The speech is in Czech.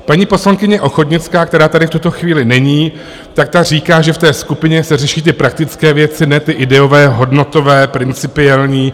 Paní poslankyně Ochodnická která tady v tuto chvíli není říká, že v té skupině se řeší ty praktické věci, ne ty ideové, hodnotové, principiální.